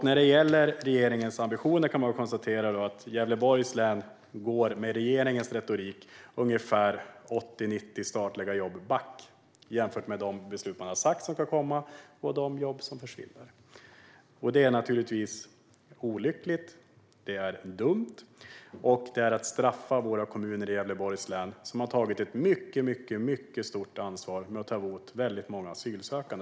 När det gäller regeringens ambitioner kan man konstatera att Gävleborgs län med regeringens retorik går ungefär 80-90 statliga jobb back, om man jämför de beslut som man har sagt ska komma med de jobb som försvinner. Detta är naturligtvis olyckligt och dumt, och det är att straffa kommunerna i Gävleborgs län, som har tagit ett mycket stort ansvar genom att ta emot väldigt många asylsökande.